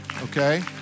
okay